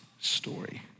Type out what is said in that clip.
story